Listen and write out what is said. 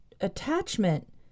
attachment